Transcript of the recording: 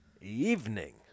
evening